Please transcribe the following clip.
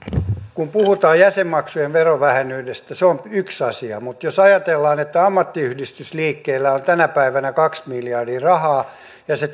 kun puhutaan jäsenmaksujen verovähennyksestä niin se on yksi asia mutta jos ajatellaan että ammattiyhdistysliikkeellä on tänä päivänä kaksi miljardia rahaa ja se